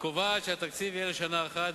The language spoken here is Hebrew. הקובעת שהתקציב יהיה לשנה אחת,